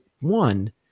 one